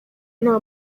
nta